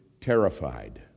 terrified